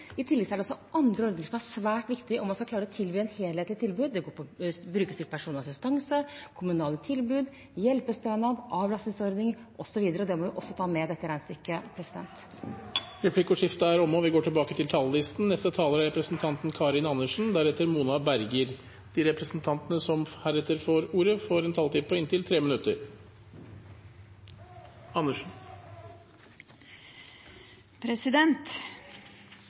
I tillegg er det andre ordninger som er svært viktige om man skal klare å tilby et helhetlig tilbud. Det er brukerstyrt personlig assistanse, kommunale tilbud, hjelpestønad, avlastningsordninger osv. Det må vi også ta med i dette regnestykket. Dermed er replikkordskiftet omme.